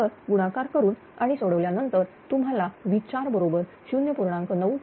तर गुणाकार करून आणि सोडवल्यानंतर तुम्हाला V4 बरोबर 0